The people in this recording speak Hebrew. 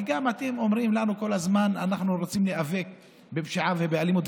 אבל אתם גם אומרים לנו כל הזמן: אנחנו רוצים להיאבק בפשיעה ובאלימות.